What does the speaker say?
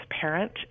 parent